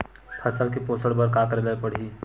फसल के पोषण बर का करेला पढ़ही?